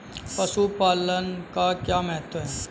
पशुपालन का क्या महत्व है?